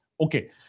Okay